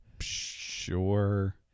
sure